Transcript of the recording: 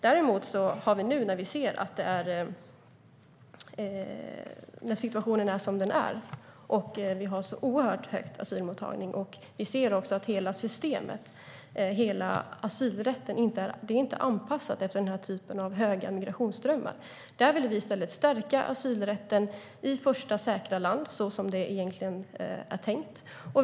Däremot vill vi nu, när vi har så oerhört hög asylmottagning och även ser att asylrätten inte är anpassad efter den här typen av stora migrationsströmmar, i stället stärka asylrätten i första säkra land så som det egentligen är tänkt.